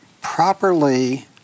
properly